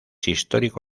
histórico